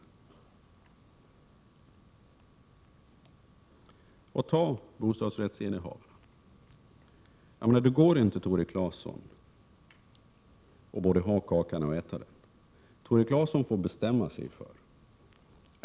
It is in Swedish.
Ta t.ex. bostadsrättsinnehavarna. Det går inte, Tore Claeson, att både äta upp kakan och ha den kvar. Tore Claeson får bestämma sig.